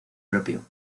propio